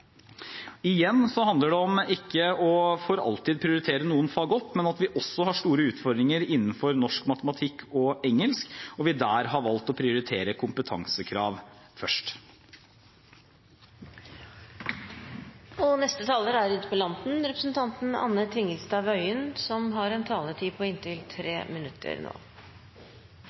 Igjen handler det om ikke for alltid å prioritere noen fag opp, men at vi også har store utfordringer innenfor norsk, matematikk og engelsk. Der har vi valgt å prioritere kompetansekrav først. Jeg er glad for statsrådens engasjement, og jeg er